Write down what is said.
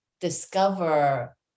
discover